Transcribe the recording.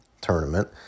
tournament